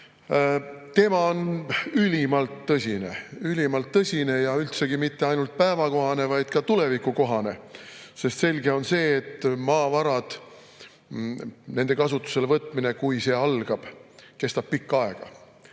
Teema on ülimalt tõsine – ülimalt tõsine – ja üldsegi mitte ainult päevakohane, vaid ka tulevikukohane, sest selge on see, et maavarade kasutamine, kui see kord algab, kestab pikka aega.